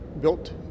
built